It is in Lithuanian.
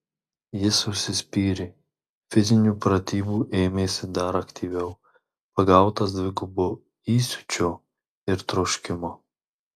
jis užsispyrė fizinių pratybų ėmėsi dar aktyviau pagautas dvigubo įsiūčio ir troškimo